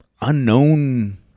unknown